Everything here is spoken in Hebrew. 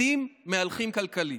מתים מהלכים כלכלית.